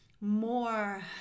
more